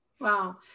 Wow